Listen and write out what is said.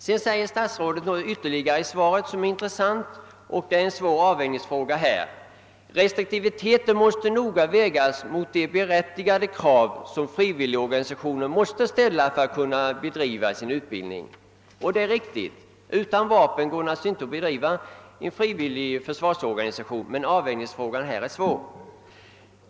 Sedan säger statsrådet i sitt svar något som är mycket intressant: »Restriktiviteten måste noga vägas mot de berättigade krav som frivilligorganisationerna måste ställa för att kunna bedriva sin utbildning.« Detta är alldeles riktigt. Utan vapen går det självfallet inte att driva en frivillig försvarsorganisation. Avvägningen därvidlag är en svår fråga.